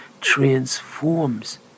transforms